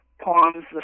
poems